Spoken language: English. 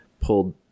pulled